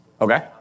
Okay